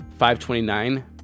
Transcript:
529